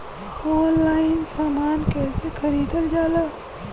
Online समान कैसे खरीदल जाला?